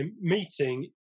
meeting